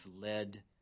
led